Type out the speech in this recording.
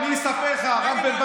אתה עושה להם, זה מה שאתה עושה להם.